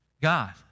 God